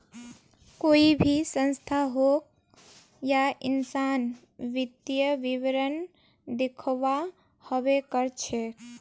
कोई भी संस्था होक या इंसान वित्तीय विवरण दखव्वा हबे कर छेक